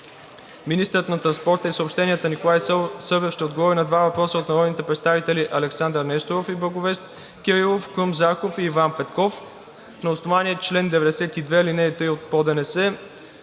Министърът на транспорта и съобщенията Николай Събев ще отговори на два въпроса от народните представители Александър Несторов и Благовест Кирилов, Крум Зарков и Иван Петков. На основание чл. 92, ал. 3 от ПОДНС